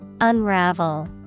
Unravel